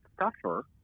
suffer